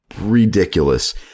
ridiculous